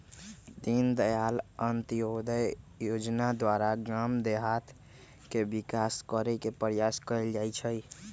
दीनदयाल अंत्योदय जोजना द्वारा गाम देहात के विकास करे के प्रयास कएल जाइ छइ